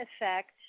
effect